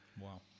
wow